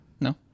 No